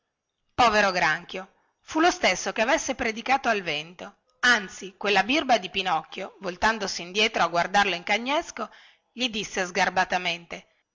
povero granchio fu lo stesso che avesse predicato al vento anzi quella birba di pinocchio voltandosi indietro a guardarlo in cagnesco gli disse sgarbatamente